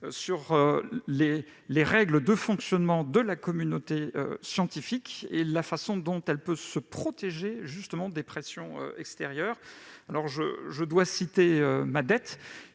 sur les règles de fonctionnement de la communauté scientifique et la façon dont elle peut se protéger des pressions extérieures. Je dois à cet